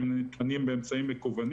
הם ניתנים באמצעים מקוונים